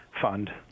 fund